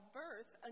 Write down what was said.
birth